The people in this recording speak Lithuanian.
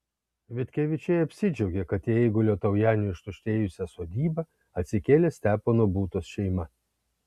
vitkevičiai apsidžiaugė kai į eigulio taujenio ištuštėjusią sodybą atsikėlė stepono būtos šeima